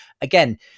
Again